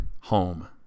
home